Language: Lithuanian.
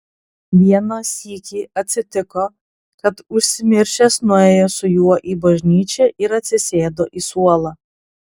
vieną sykį atsitiko kad užsimiršęs nuėjo su juo į bažnyčią ir atsisėdo į suolą